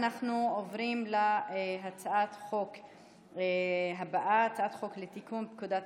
אנחנו עוברים להצעת החוק הבאה: הצעת חוק לתיקון פקודת